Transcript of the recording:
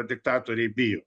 diktatoriai bijo